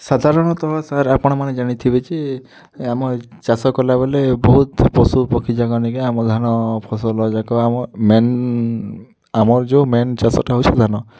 ସାଧାରଣତଃ ସାର୍ ଆପଣମାନେ ଜାଣି ଥିବେ ଯେ ଆମ ଚାଷ କଲାବେଳେ ବହୁତ ପଶୁ ପକ୍ଷୀ ଯାକ ନିକେ ଆମ ଧାନ ଫସଲ ଯାକ ଆମ ମେନ୍ ଆମର ଯେଉଁ ମେନ୍ ଚାଷଟା ହେଉଛି ଧାନ